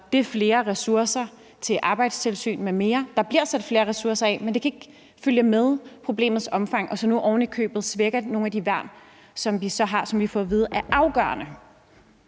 det flere ressourcer til arbejdstilsyn m.m. Der bliver sat flere ressourcer af, men det kan ikke følge med problemets omfang, og nu svækker vi ovenikøbet nogle af de værn, som vi har, og som vi får at vide er afgørende.